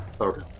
okay